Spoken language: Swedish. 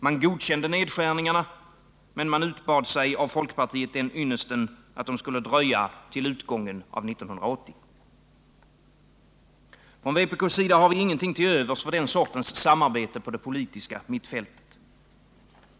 Man godkände nedskärningarna men utbad sig av folkpartiet den ynnesten att de skulle dröja till utgången av 1980. Vpk hariinget till övers för denna sorts samarbete på det politiska mittfältet.